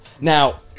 Now